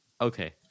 Okay